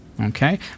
okay